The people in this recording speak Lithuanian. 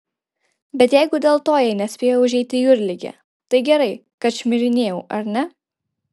bet jeigu dėl to jai nespėjo užeiti jūrligė tai gerai kad šmirinėjau ar ne